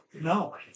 No